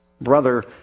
brother